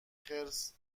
خرس